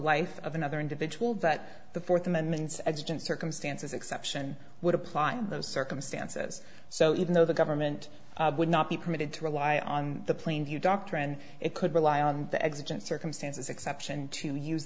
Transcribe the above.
life of another individual that the fourth amendment didn't circumstances exception would apply to those circumstances so even though the government would not be permitted to rely on the plain view doctrine it could rely on the existent circumstances exception to use